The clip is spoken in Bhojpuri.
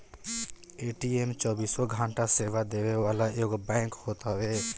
ए.टी.एम चौबीसों घंटा सेवा देवे वाला एगो बैंक होत हवे